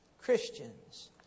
Christians